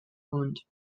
wound